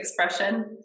expression